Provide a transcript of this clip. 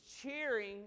cheering